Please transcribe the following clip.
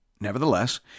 nevertheless